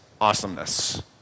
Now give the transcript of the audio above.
awesomeness